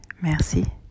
Merci